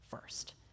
first